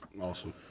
Awesome